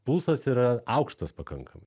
pulsas yra aukštas pakankamai